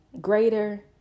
Greater